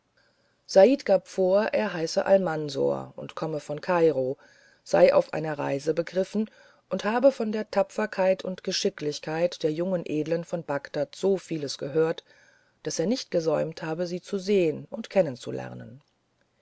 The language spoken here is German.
said gab vor er heiße almansor und komme von kairo sei auf einer reise begriffen und habe von der tapferkeit und geschicklichkeit der jungen edeln von bagdad so vieles gehört daß er nicht gesäumt habe sie zu sehen und kennenzulernen